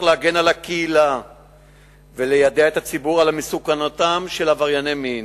להגן על הקהילה וליידע את הציבור על מסוכנותם של עברייני מין.